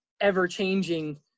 ever-changing